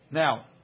now